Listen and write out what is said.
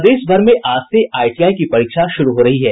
प्रदेश भर में आज से आईटीआई की परीक्षा शुरू हो रही है